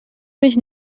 mich